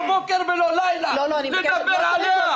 לא בוקר ולא לילה לדבר עליה.